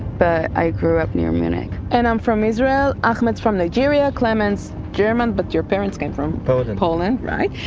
but i grew up near munich and i'm from israel. arguments from nigeria. klemens german. but your parents came from poland. poland, right.